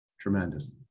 tremendous